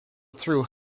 through